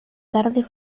tarde